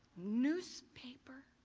news paper.